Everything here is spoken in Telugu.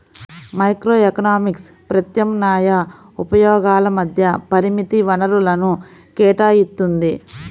మైక్రోఎకనామిక్స్ ప్రత్యామ్నాయ ఉపయోగాల మధ్య పరిమిత వనరులను కేటాయిత్తుంది